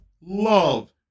love